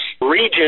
region